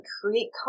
create